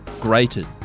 grated